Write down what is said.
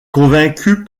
convaincu